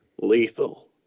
lethal